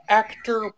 actor